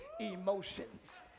emotions